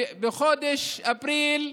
בחודש אפריל,